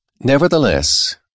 Nevertheless